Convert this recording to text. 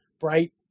bright